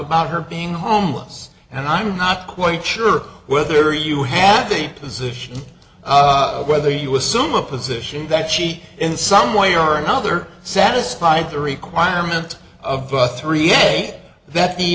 about her being homeless and i'm not quite sure whether you have to keep position whether you assume a position that she in some way or another satisfied the requirement of three a day that the